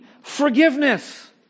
Forgiveness